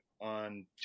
on